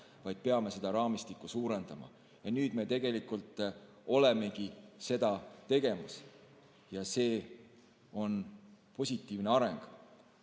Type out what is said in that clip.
vaid me peame seda raamistikku suurendama. Nüüd me tegelikult olemegi seda tegemas ja see on positiivne areng. Aga